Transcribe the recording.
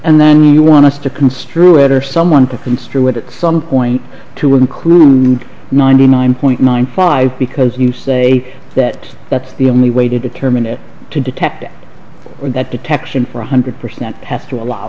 and then you want us to construe it or someone to construe it at some point to include ninety nine point nine five because you say that that's the only way to determine it to detect it and that detection for one hundred percent have to allow